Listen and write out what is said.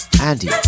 Andy